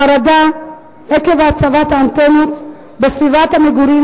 חרדה עקב הצבת האנטנות בסביבת המגורים,